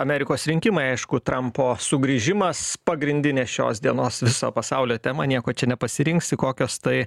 amerikos rinkimai aišku trampo sugrįžimas pagrindinė šios dienos viso pasaulio tema nieko čia nepasirinksi kokios tai